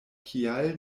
kial